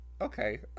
Okay